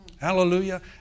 hallelujah